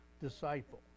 disciple